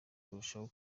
kurushaho